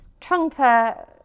Trungpa